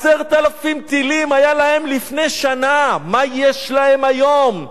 10,000 טילים היו להם לפני שנה, מה יש להם היום?